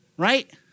right